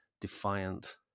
defiant